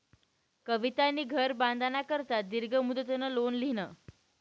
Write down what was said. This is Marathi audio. कवितानी घर बांधाना करता दीर्घ मुदतनं लोन ल्हिनं